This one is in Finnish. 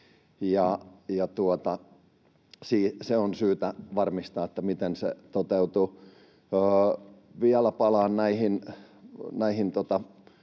On syytä varmistaa, miten se toteutuu. Vielä palaan